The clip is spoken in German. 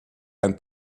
ein